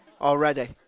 already